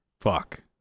fuck